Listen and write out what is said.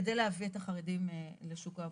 כדי להביא את החרדים לשוק העבודה.